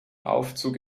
aufzug